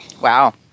Wow